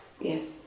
Yes